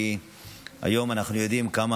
כי היום אנחנו יודעים כמה